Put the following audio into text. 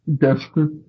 desperate